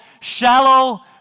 shallow